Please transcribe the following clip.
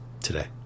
today